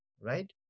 right